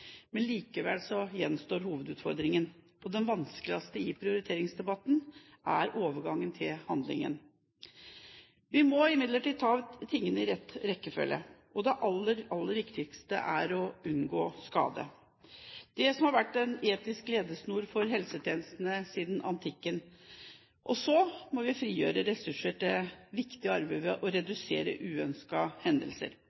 Men likevel gjenstår hovedutfordringen, og det vanskeligste i prioriteringsdebatten er overgangen til handling. Vi må imidlertid ta tingene i riktig rekkefølge. Det aller, aller viktigste er å unngå skade – det som har vært en etisk ledesnor for helsetjenestene siden antikken. Og så må vi frigjøre ressurser til viktig arbeid ved å